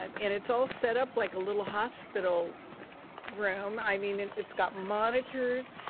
um and it's all set up like a little hospital room, i mean, and it's got monitors,